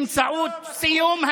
זה תשלום, תשלום